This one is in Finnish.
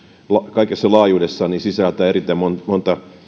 kaikessa laajuudessaan sisältää erittäin monta monta